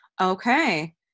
Okay